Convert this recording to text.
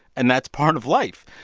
and that's part of life.